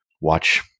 watch